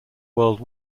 world